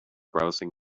browsing